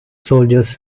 soldiers